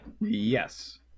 Yes